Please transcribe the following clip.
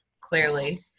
clearly